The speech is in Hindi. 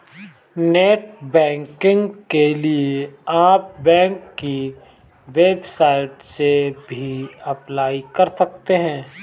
नेटबैंकिंग के लिए आप बैंक की वेबसाइट से भी अप्लाई कर सकते है